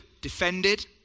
defended